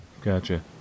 Gotcha